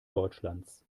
deutschlands